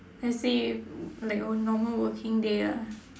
let's say if like on normal working day ah